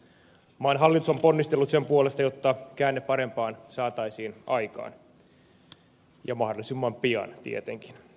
maan hallitus on ponnistellut sen puolesta jotta käänne parempaan saataisiin aikaan ja mahdollisimman pian tietenkin